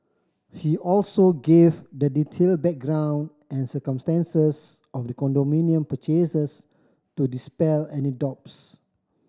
he also gave the detailed background and circumstances of the condominium purchases to dispel any doubts